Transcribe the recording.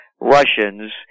Russians